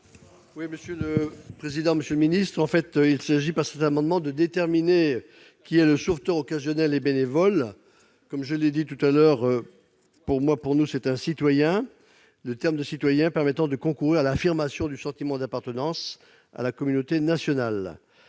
: La parole est à M. Jean-Luc Fichet. Il s'agit, par cet amendement, de déterminer qui est le sauveteur occasionnel et bénévole. Comme je l'ai dit tout à l'heure, pour nous, c'est un citoyen. Le terme de citoyen permet de concourir à l'affirmation du sentiment d'appartenance à la communauté nationale.